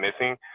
missing